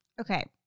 okay